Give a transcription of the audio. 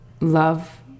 love